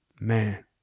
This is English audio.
Man